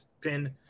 pin